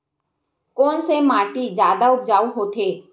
कोन से माटी जादा उपजाऊ होथे?